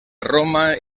roma